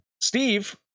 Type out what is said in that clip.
steve